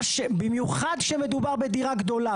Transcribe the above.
במיוחד כשמדובר בדירה גדולה.